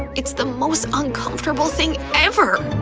it's the most uncomfortable thing ever!